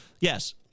Yes